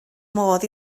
modd